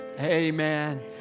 Amen